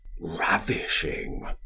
ravishing